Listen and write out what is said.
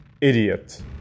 idiot